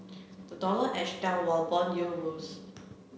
the dollar edged down while bond yields rose